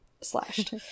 slashed